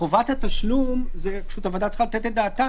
חובת התשלום פשוט הוועדה צריכה לתת את דעתה